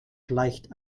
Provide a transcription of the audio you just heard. gleicht